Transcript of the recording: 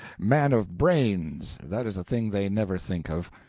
man of brains that is a thing they never think of.